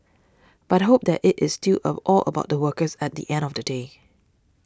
but hope that it is still of all about the workers at the end of the day